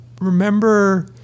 remember